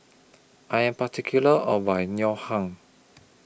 I Am particular about My Ngoh Hiang